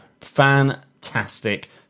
Fantastic